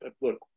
look